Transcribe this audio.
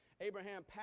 Abraham